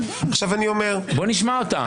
בואו נשמע אותה.